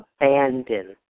Abandon